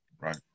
Right